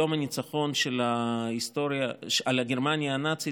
יום הניצחון על גרמניה הנאצית,